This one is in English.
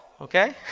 okay